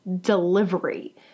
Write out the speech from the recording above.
delivery